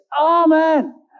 Amen